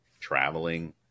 traveling